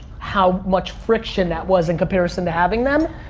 how much friction that was, in comparison to having them,